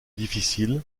difficile